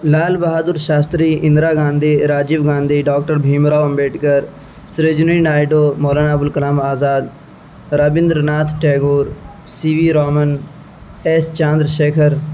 Lal Bahadur Shastri Indira Gandhi Rajiv Gandhi doctor Bhim Rao Ambedkar Sarojini Naidu Maulana Abul Kalam Azad Rabindra Nath Tagore C V Raman S Chandra Shekhar